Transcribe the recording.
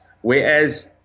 whereas